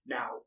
Now